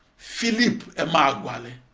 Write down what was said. philip emeagwali,